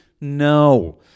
no